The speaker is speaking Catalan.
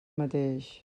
mateix